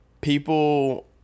People